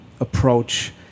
approach